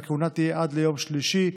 והכהונה תהיה עד ליום שישי,